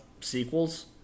sequels